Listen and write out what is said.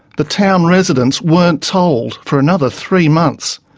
the town residents weren't told for another three months.